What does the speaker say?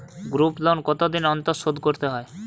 Group loan কতদিন অন্তর শোধকরতে হয়?